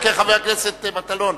חבר הכנסת מטלון.